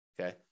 okay